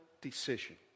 decision